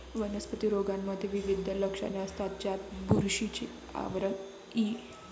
वनस्पती रोगांमध्ये विविध लक्षणे असतात, ज्यात बुरशीचे आवरण इ